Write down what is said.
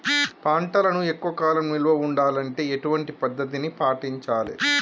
పంటలను ఎక్కువ కాలం నిల్వ ఉండాలంటే ఎటువంటి పద్ధతిని పాటించాలే?